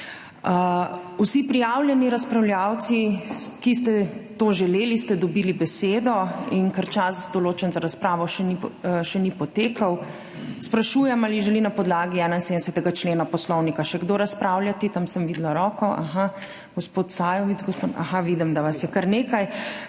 Vsi prijavljeni razpravljavci, ki ste to želeli, ste dobili besedo. Ker čas določen za razpravo še ni potekel, sprašujem, ali želi na podlagi 71. člena Poslovnika še kdo razpravljati? Tam sem videla roko. Gospod Sajovic, gospod … Vidim, da vas je kar nekaj.